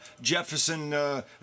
Jefferson